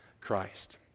Christ